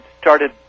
started